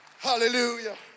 Hallelujah